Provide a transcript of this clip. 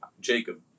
Jacob